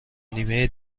نیمه